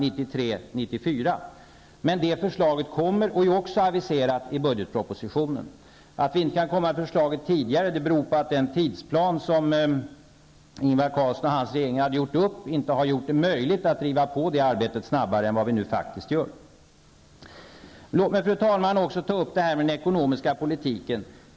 Men detta förslag kommer att läggas fram och är också aviserat i budgetpropositionen. Att vi inte kan lägga fram förslaget tidigare beror på att den tidsplan som Ingvar Carlsson och hans regering hade gjort upp inte har gjort det möjligt att driva på detta arbete snabbare än vi nu faktiskt gör. Låt mig, fru talman, också ta upp det som sades om den ekonomiska politiken.